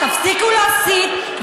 תפסיקו להסית.